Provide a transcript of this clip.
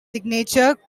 signature